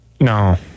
No